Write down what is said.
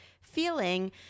feeling